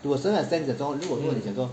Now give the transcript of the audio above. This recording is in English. to a extent 讲说如果你讲说